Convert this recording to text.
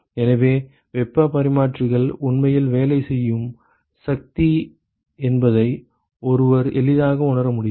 எனவே வெப்பப் பரிமாற்றிகள் உண்மையில் வேலை செய்யும் சக்தி என்பதை ஒருவர் எளிதாக உணர முடியும்